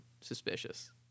suspicious